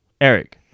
Eric